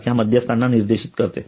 सारख्या मध्यस्थांना निर्देशित करते